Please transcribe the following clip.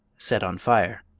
set on fire.